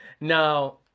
Now